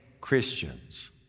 Christians